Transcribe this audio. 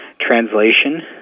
translation